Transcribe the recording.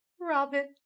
Robin